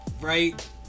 right